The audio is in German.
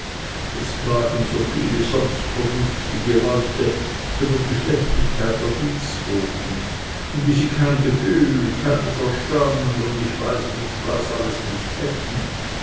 es klagen so viele sonst vernünftige leute über die schlechtigkeit der dienstboten und wie sie kein gefühl keinen verstand und ich weiß nicht was alles nicht hätten